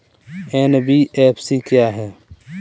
NBFC क्या है?